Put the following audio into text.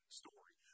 story